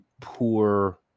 poor